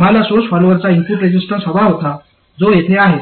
आम्हाला सोर्स फॉलोअरचा input resistance हवा होता जो येथे आहे